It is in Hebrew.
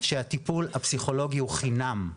שהטיפול הפסיכולוגי הוא בחינם.